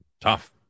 Tough